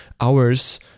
hours